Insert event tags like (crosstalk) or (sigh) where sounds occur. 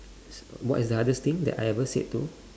(noise) what is the hardest thing that I ever said to